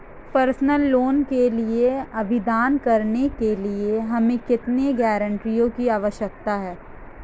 Personal loan के लिए आवेदन करने के लिए हमें कितने गारंटरों की आवश्यकता है?